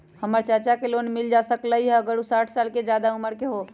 हमर चाचा के लोन मिल जा सकलई ह अगर उ साठ साल से जादे उमर के हों?